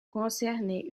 concernait